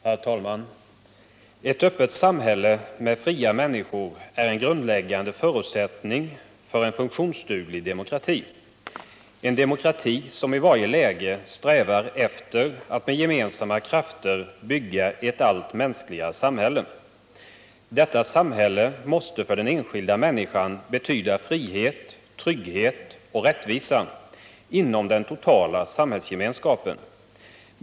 Herr talman! Ett öppet samhälle med fria människor är en grundläggande förutsättning för en funktionsduglig demokrati, dvs. en demokrati som i varje läge strävar efter att med gemensamma krafter bygga ett allt mänskligare samhälle. Detta samhälle måste för den enskilda människan betyda frihet, trygghet och rättvisa inom den totala samhällsgemenskapen.